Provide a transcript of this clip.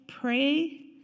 pray